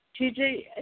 TJ